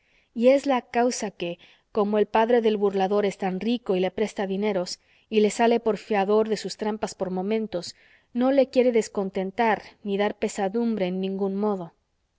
y es la causa que como el padre del burlador es tan rico y le presta dineros y le sale por fiador de sus trampas por momentos no le quiere descontentar ni dar pesadumbre en ningún modo